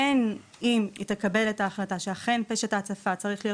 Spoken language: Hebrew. בין אם היא תקבל את ההחלטה שאכן פשט ההצפה צריך להיות